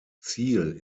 ziel